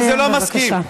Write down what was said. בבקשה,